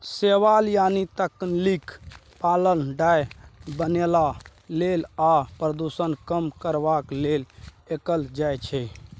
शैबाल यानी कजलीक पालन डाय बनेबा लेल आ प्रदुषण कम करबाक लेल कएल जाइ छै